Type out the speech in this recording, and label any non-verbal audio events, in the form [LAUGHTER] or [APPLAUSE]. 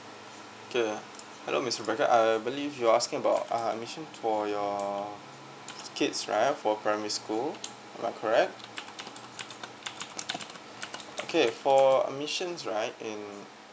okay hello miss rebecca I believe you're asking about uh admission for your err kids right for primary school right correct [NOISE] okay for admissions right um